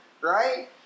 right